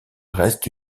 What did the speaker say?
reste